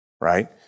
right